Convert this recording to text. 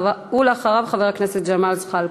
ואחריו, חבר הכנסת ג'מאל זחאלקה.